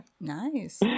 Nice